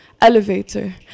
elevator